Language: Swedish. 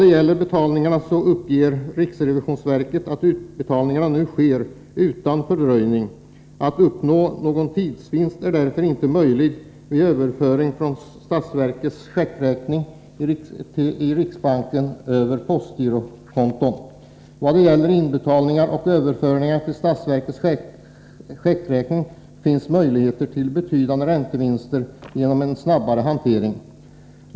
Vad gäller utbetalningarna uppger riksrevisionsverket att utbetalningarna nu sker utan fördröjningar. Att uppnå någon tidsvinst är därför inte möjligt vid överföring från statsverkets checkräkning i riksbanken över postgirokonton. Vad gäller inbetalningar och överföringar till statsverkets checkräkningar finns möjligheter till betydande räntevinster genom en snabbare hantering.